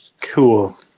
Cool